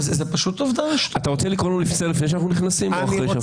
אתה רוצה לקרוא לנו לסדר לפני שאנחנו נכנסים או אחרי שאנחנו נכנסים?